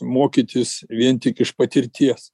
mokytis vien tik iš patirties